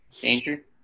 danger